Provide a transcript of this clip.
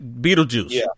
Beetlejuice